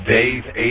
Dave